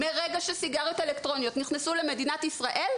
מרגע שסיגריות אלקטרוניות נכנסו למדינת ישראל,